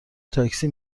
تاکسی